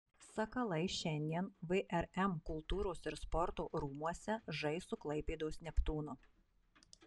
sakalai šiandien vrm kultūros ir sporto rūmuose žais su klaipėdos neptūnu